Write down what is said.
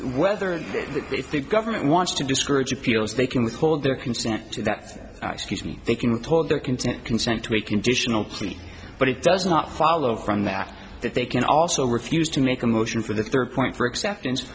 whether it's the government wants to discourage appeals they can withhold their consent to that excuse me they can withhold their consent consent to a conditional plea but it does not follow from that that they can also refuse to make a motion for the third point for acceptance